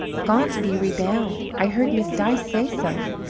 gone to be rebound. i heard miss dyce say so.